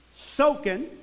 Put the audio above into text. soaking